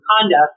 conduct